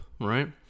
right